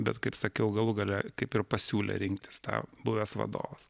bet kaip sakiau galų gale kaip ir pasiūlė rinktis tą buvęs vadovas